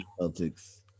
Celtics